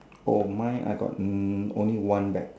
oh my I got mm only one bag